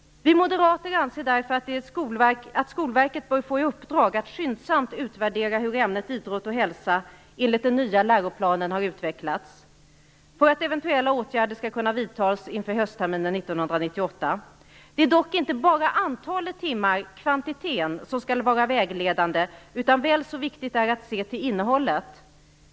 Vi moderater anser därför att Skolverket bör få i uppdrag att skyndsamt utvärdera hur ämnet idrott och hälsa enligt den nya läroplanen har utvecklats, för att eventuella åtgärder skall kunna vidtas inför höstterminen 1998. Det är dock inte bara antalet timmar, kvantiteten, som skall vara vägledande, utan väl så viktigt är att se till innehållet.